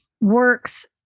works